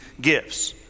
gifts